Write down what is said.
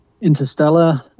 interstellar